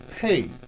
Hey